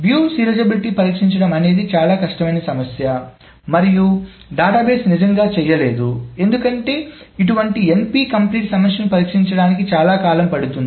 view serializability పరీక్షించడం అనేది చాలా కష్టమైన సమస్య మరియు డేటాబేస్ నిజంగా చెయ్యలేదు ఎందుకంటే ఇటువంటి NP కంప్లీట్ సమస్యను పరిష్కరించడానికి చాలా కాలం పడుతుంది